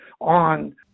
on